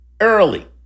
early